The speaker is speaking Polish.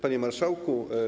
Panie Marszałku!